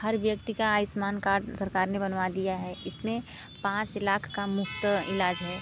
हर व्यक्ति का आयुष्मान कार्ड सरकार ने बनवा दिया है इसमें पाँच लाख का मुफ़्त इलाज है